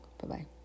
Bye-bye